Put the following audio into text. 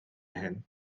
hyn